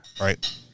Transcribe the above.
right